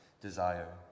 desire